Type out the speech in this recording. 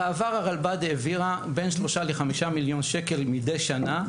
בעבר הרלב"ד העבירה בין 3-5 מיליון שקל מידי שנה,